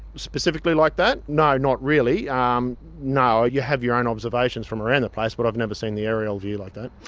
specifically like that? no, not really. ah um no, you have your own observations from around the place, but i've never seen the aerial view like that.